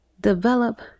Develop